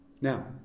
Now